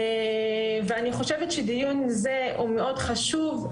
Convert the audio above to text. אני חושבת שדיון זה הוא מאוד חשוב,